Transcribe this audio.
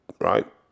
right